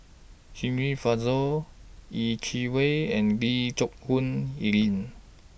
Shirin Fozdar Yeh Chi Wei and Lee Geck Hoon Ellen